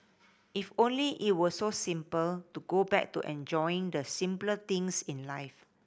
if only it were so simple to go back to enjoying the simpler things in life